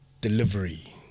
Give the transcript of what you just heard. delivery